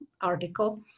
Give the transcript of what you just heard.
article